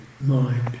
mind